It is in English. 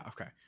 okay